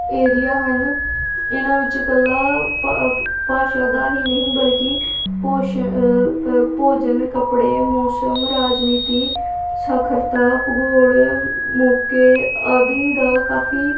area ਹਨ ਇਨ੍ਹਾਂ ਵਿੱਚ ਇਕੱਲਾ ਭ ਭਾਸ਼ਾ ਦਾ ਹੀ ਨਹੀਂ ਬਲਕੀ ਭੋਸ਼ ਭੋਜਨ ਕੱਪੜੇ ਮੌਸਮ ਰਾਜਨੀਤੀ ਸਾਖਰਤਾ ਭੂਗੋਲ ਮੌਕੇ ਆਦਿ ਦਾ ਕਾਫ਼ੀ